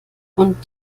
und